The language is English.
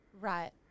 Right